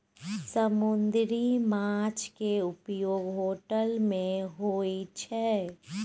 समुन्दरी माछ केँ उपयोग होटल मे होइ छै